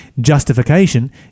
Justification